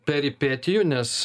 peripetijų nes